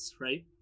right